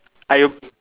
are you